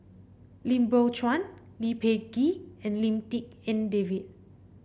Lim Biow Chuan Lee Peh Gee and Lim Tik En David